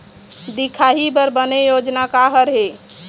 दिखाही बर बने योजना का हर हे?